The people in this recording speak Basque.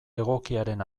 egokiaren